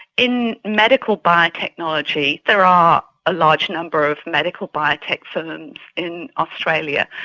in medical biotechnology there are a large number of medical biotech firms and in australia,